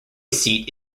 seat